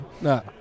No